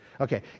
Okay